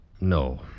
No